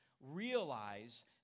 realize